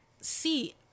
see